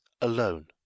alone